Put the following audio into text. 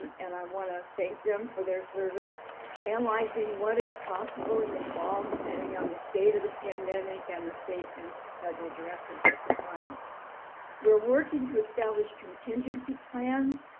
and i want to thank them for their service analyzing what is possible in the fall, depending on the state of the pandemic and the state and federal directives at the time we're working to establish contingency plans,